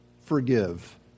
forgive